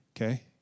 okay